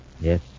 Yes